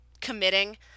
committing